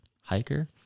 hiker